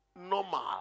normal